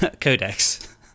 codex